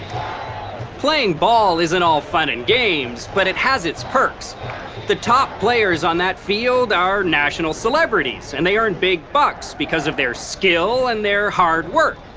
playing ball isn't all fun and games, but it has its perks the top players on that field are national celebrities, and they earn big bucks because of their skill and their hard work.